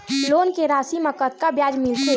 Loan के राशि मा कतका ब्याज मिलथे?